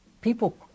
People